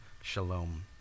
shalom